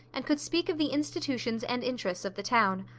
and could speak of the institutions and interests of the town.